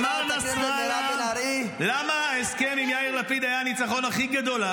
אמר נסראללה: למה ההסכם עם יאיר לפיד היה הניצחון הכי גדול,